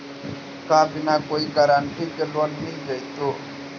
का बिना कोई गारंटी के लोन मिल जीईतै?